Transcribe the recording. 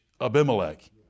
Abimelech